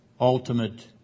ultimate